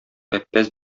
әппәз